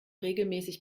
regelmäßig